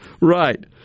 Right